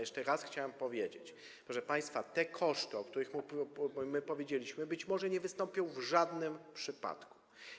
Jeszcze raz chciałbym powiedzieć: Proszę państwa, te koszty, o których my powiedzieliśmy, być może nie wystąpią w żadnym przypadku.